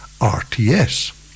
RTS